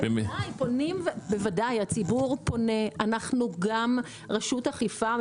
ודאי, הציבור פונה, אנחנו גם רשות אכיפה.